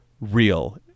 real